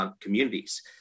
communities